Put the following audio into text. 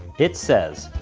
it says,